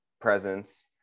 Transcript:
presence